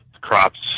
crops